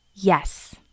Yes